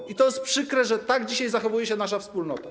I to jest przykre, że tak dzisiaj zachowuje się nasza wspólnota.